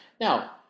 Now